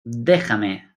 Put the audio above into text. déjame